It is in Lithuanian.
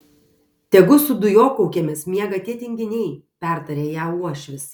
tegu su dujokaukėmis miega tie tinginiai pertarė ją uošvis